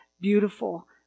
beautiful